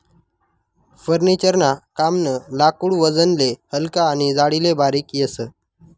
furniture ना कामनं लाकूड वजनले हलकं आनी जाडीले बारीक येस